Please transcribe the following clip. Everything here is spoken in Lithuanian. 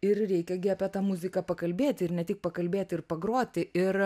ir reikia gi apie tą muziką pakalbėti ir ne tik pakalbėti ir pagroti ir